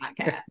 podcast